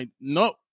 Nope